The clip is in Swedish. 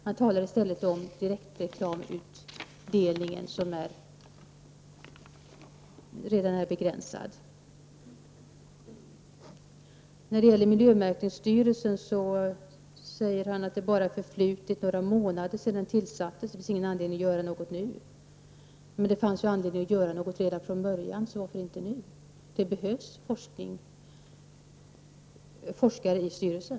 Han talar i stället om direktreklamutdelningen, som ju redan är begränsad. När det gäller miljömärkningsstyrelsen säger han att det bara förflutit några månader sedan den tillsattes; därför finns det inte någon anledning att göra något nu. Men det fanns ju anledning att göra något redan från början, så varför inte nu? Det behövs forskare i styrelsen!